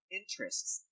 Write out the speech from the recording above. interests